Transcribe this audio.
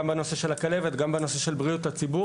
גם בנושא של הכלבת וגם בנושא של בריאות הציבור.